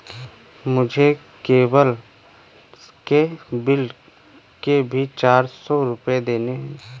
मुझे केबल के बिल के भी चार सौ रुपए देने हैं